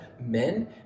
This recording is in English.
men